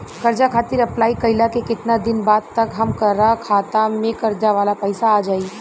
कर्जा खातिर अप्लाई कईला के केतना दिन बाद तक हमरा खाता मे कर्जा वाला पैसा आ जायी?